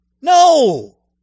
No